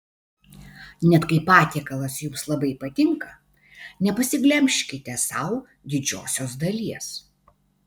net kai patiekalas jums labai patinka nepasiglemžkite sau didžiosios dalies